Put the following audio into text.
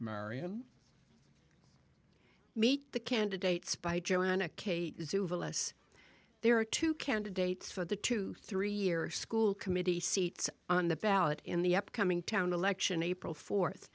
marion meet the candidates by joanna k suva less there are two candidates for the two three year school committee seats on the ballot in the upcoming town election april fourth